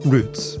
Roots